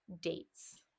dates